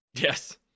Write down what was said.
Yes